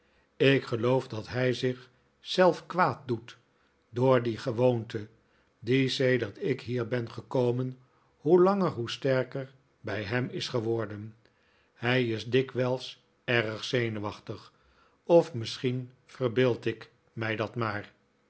ik geloof dat hij zich zelf kwaad doet door die gewoonte die sedert ik hier ben gekomen hoe langer hoe sterker bij hem is geworden hii is dikwijls erg zenuwachtig of misschien verbeeld ik mij dat maar